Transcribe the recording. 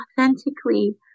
authentically